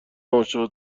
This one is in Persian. عاشق